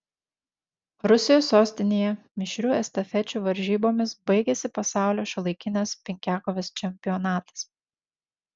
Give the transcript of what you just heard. rusijos sostinėje mišrių estafečių varžybomis baigėsi pasaulio šiuolaikinės penkiakovės čempionatas